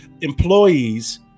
employees